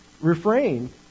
refrain